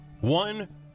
one